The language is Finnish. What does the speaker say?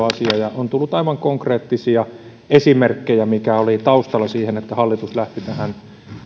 asia on tullut aivan konkreettisia esimerkkejä siitä mikä oli taustalla siinä että hallitus lähti tähän